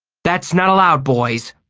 that's not allowed, boys!